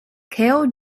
cale